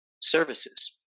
services